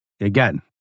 Again